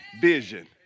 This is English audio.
vision